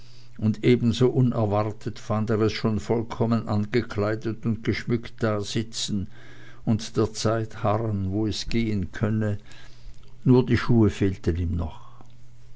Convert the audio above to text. und ebenso unerwartet fand er es schon vollkommen angekleidet und geschmückt dasitzen und der zeit harren wo es gehen könne nur die schuhe fehlten ihm noch